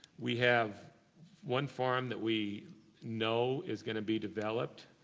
we have one farm that we know is going to be developed,